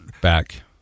back